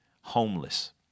homeless